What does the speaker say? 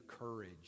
courage